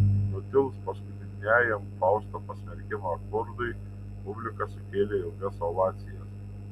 nutilus paskutiniajam fausto pasmerkimo akordui publika sukėlė ilgas ovacijas